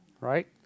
right